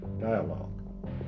dialogue